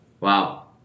Wow